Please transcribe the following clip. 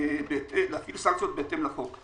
בסמכותי להפעיל סנקציות בהתאם לחוק.